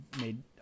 made